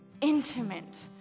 intimate